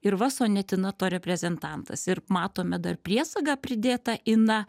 ir va sonetina to reprezentantas ir matome dar priesaga pridėta ina